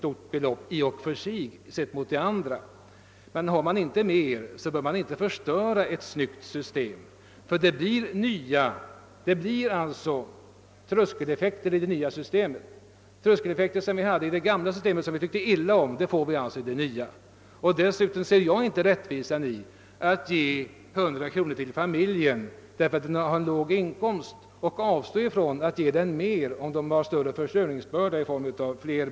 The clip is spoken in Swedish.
Sett mot det andra är detta inte något stort belopp i sig, men har man inte mer bör man inte förstöra ett snyggt system. Vi tyckte illa om de tröskeleffekter som fanns i det gamla systemet, men det blir sådana också i det nya. Jag kan inte heller se rättvisan i att ge 100 kronor till en familj därför att den har låg inkomst men avstå från att ge den mer om försörjningsbördan är stor.